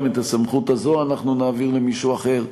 את הסמכות הזו אנחנו נעביר למישהו אחר.